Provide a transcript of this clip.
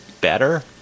better